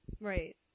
Right